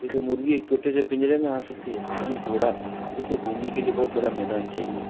जैसे मुर्ग़ी एक छोटे से पिंजरे में आ सकती है तो वहीं घोड़ा उसको घूमने के लिए बहुत बड़ा मैदान चाहिए